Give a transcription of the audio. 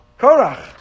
Korach